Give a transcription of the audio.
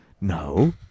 No